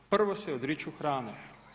Prvo se odriču hrane.